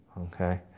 Okay